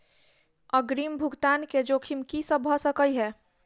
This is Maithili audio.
अग्रिम भुगतान केँ जोखिम की सब भऽ सकै हय?